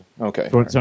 Okay